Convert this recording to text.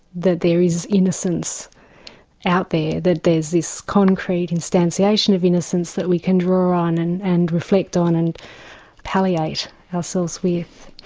that there is innocence out there, that there's this concrete instantiation of innocence that we can draw on and and reflect on, and palliate ourselves with.